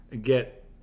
Get